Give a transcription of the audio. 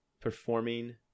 performing